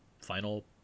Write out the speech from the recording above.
final